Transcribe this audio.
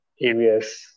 areas